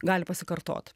gali pasikartot